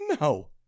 No